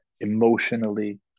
emotionally